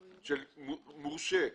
של מורשה.